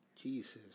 Jesus